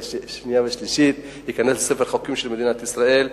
קריאה שנייה ושלישית וייכנס לספר החוקים של מדינת ישראל.